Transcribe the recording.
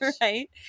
right